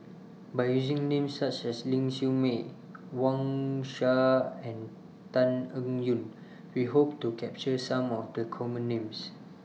By using Names such as Ling Siew May Wang Sha and Tan Eng Yoon We Hope to capture Some of The Common Names